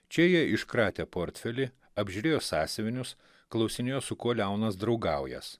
čia jie iškratė portfelį apžiūrėjo sąsiuvinius klausinėjo su kuo leonas draugaująs